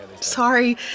Sorry